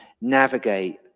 navigate